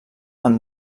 amb